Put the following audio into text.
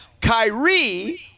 Kyrie